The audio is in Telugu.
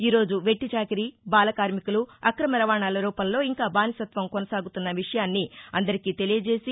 ఈరోజు వెట్టిచాకిరి బాలకార్మికులు అక్రమ రవాణాల రూపంలో ఇంకా బానిసత్వం కొనసాగుతున్న విషయాన్ని అందరికీ తెలియజేసి